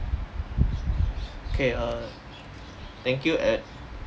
K err thank you ed